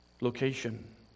location